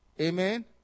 Amen